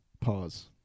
Pause